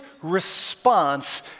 response